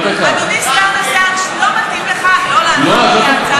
לא מתאים לך לא לענות,